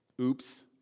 Oops